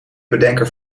bedenker